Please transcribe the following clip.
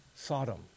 Sodom